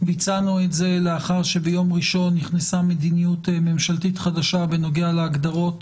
בצענו את זה לאחר שביום ראשון נכנסה מדיניות ממשלתית חדשה בנוגע להגדרות